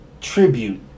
tribute